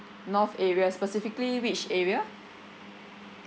north area specifically which area